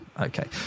okay